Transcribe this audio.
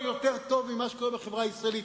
יותר טוב על מה שקורה בחברה הישראלית.